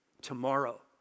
tomorrow